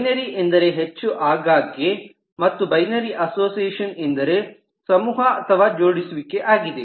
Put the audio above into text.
binary ಎಂದರೆ ಹೆಚ್ಚು ಆಗಾಗ್ಗೆ ಮತ್ತು ಬೈನರಿ ಅಸೋಸಿಯೇಷನ್ ಎಂದರೆ ಸಮೂಹ ಅಥವಾ ಜೋಡಿಸುವಿಕೆ ಆಗಿದೆ